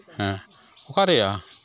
ᱦᱮᱸ ᱚᱠᱟᱨᱮᱭᱟ